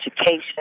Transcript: education